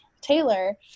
Taylor